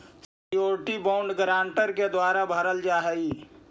surety bond guarantor के द्वारा भरल जा हइ